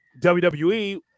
WWE